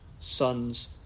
sons